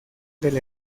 del